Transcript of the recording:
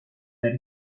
that